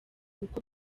uko